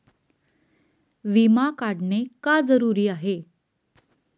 विमा काढणे का जरुरी आहे?